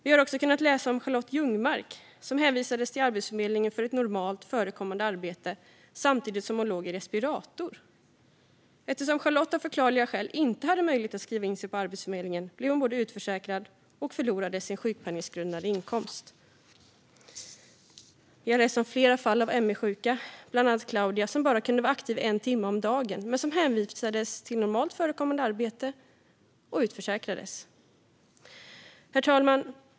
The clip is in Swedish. Vi har också kunnat läsa om Charlotte Ljungmark som hänvisades till Arbetsförmedlingen för ett normalt förekommande arbete samtidigt som hon låg i respirator. Eftersom Charlotte av förklarliga skäl inte hade möjlighet att skriva in sig på Arbetsförmedlingen blev hon utförsäkrad och förlorade också sin sjukpenninggrundande inkomst. Vi har läst om flera fall av ME-sjuka, bland andra Claudia som bara kunde vara aktiv en timme om dagen men som hänvisades till normalt förekommande arbete och utförsäkrades. Herr talman!